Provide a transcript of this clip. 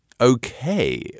okay